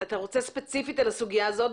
אתה רוצה ספציפית על הסוגיה הזאת,